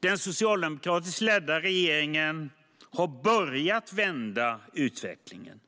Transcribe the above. Den socialdemokratiskt ledda regeringen har börjat vända utvecklingen.